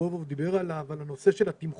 רזבוזוב דיבר עליו, נושא התמחור.